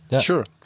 Sure